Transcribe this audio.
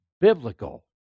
biblical